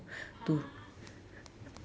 !huh!